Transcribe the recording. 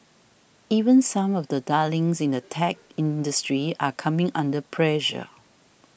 even some of the darlings in the tech industry are coming under pressure